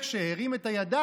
כתוב שכשמשה הרים את הידיים,